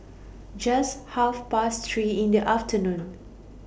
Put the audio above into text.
Just Half Past three in The afternoon